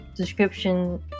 description